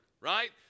right